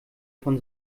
von